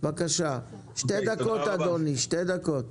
שתי דקות לרשותך,